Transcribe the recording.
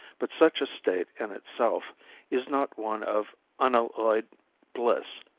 but, such a state in itself is not one of unalloyed bliss,